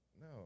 No